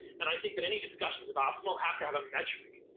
and i think that any discussions of optimal have to have a metric,